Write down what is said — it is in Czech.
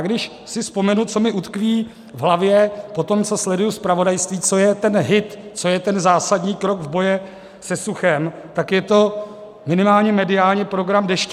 Když si vzpomenu, co mi utkví v hlavě po tom, co sleduji zpravodajství, co je ten hit, co je ten zásadní krok boje se suchem, tak je to minimálně mediální program Dešťovka.